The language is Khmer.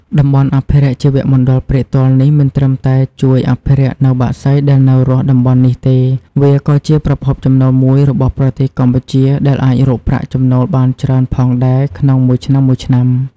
តំបន់អភិរក្សជីវមណ្ឌលព្រែកទាល់នេះ មិនត្រឹមតែជួយអភិរក្សនៅបក្សីដែលនៅរស់តំបន់នេះទេ វាក៏ជាប្រភពចំណូលមួយរបស់ប្រទេសកម្ពុជាដែលអាចរកប្រាក់ចំណូលបានច្រើនផងដែលក្នុងមួយឆ្នាំៗ។